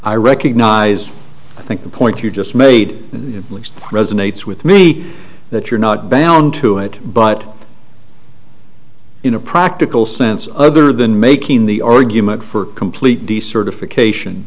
i recognize i think the point you just made resonates with me that you're not bound to it but in a practical sense other than making the argument for complete decertification